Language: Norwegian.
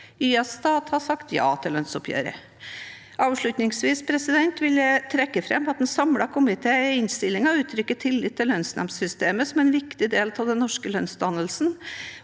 YS Stat har sagt ja til lønnsoppgjøret. Avslutningsvis vil jeg trekke fram at en samlet komité i innstillingen uttrykker tillit til lønnsnemndssystemet som en viktig del av den norske lønnsdannelsen,